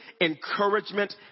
encouragement